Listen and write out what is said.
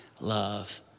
love